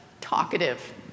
talkative